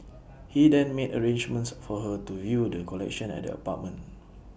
he then made arrangements for her to view the collection at the apartment